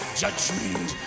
judgment